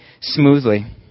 smoothly